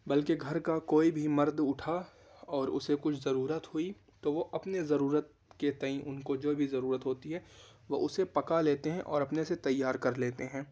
بلکہ گھر کا کوئی بھی مرد اٹھا اور اسے کچھ ضرورت ہوئی تو وہ اپنے ضرورت کے تئیں ان کو جو بھی ضرورت ہوتی ہے وہ اسے پکا لیتے ہیں اور اپنے سے تیار کر لیتے ہیں